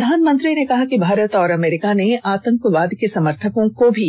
प्रधानमंत्री ने कहा कि भारत और अमरीका ने आतंकवाद के समर्थकों को भी